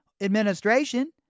administration